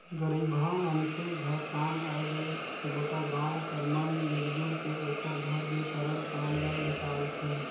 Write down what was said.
गरीबहा मनखे घर काम आय ले गोटा गाँव कर मन मिलजुल के ओकर घर में परल काम ल निकालथें